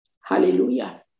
Hallelujah